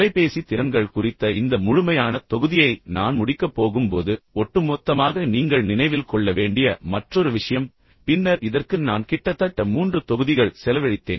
தொலைபேசி திறன்கள் குறித்த இந்த முழுமையான தொகுதியை நான் முடிக்கப் போகும்போது ஒட்டுமொத்தமாக நீங்கள் நினைவில் கொள்ள வேண்டிய மற்றொரு விஷயம் பின்னர் இதற்கு நான் கிட்டத்தட்ட மூன்று தொகுதிகள் செலவழித்தேன்